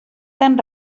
tan